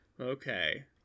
Okay